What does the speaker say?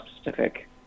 specific